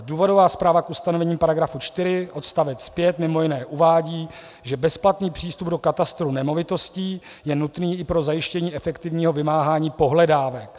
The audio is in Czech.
Důvodová zpráva k ustanovení § 4 odst. 5 mimo jiné uvádí, že bezplatný přístup do katastru nemovitostí je nutný i pro zajištění efektivního vymáhání pohledávek.